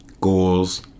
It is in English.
goals